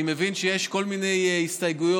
אני מבין שיש כל מיני הסתייגויות,